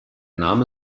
name